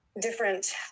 different